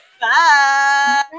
Bye